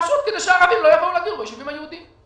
האם היישוב מזערה ליד נהריה נכנס?